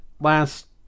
last